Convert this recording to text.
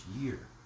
year